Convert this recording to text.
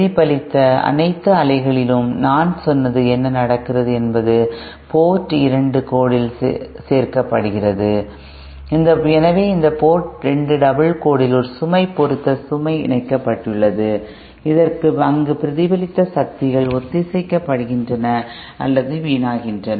பிரதிபலித்த அனைத்து அலைகளிலும் நான் சொன்னது என்ன நடக்கிறது என்பது போர்ட் 2 கோடில் சேர்க்கப்படுகிறது எனவே இந்த போர்ட் 2 டபுள் கோடில் ஒரு சுமை பொருத்த சுமை இணைக்கப்பட்டுள்ளது அங்கு பிரதிபலித்த சக்திகள் ஒத்திசைக்கப்படுகின்றன அல்லது வீணாகின்றன